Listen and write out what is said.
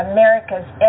America's